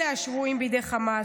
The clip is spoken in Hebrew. אלה ה'שבויים בידי חמאס',